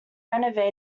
renovated